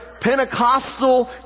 Pentecostal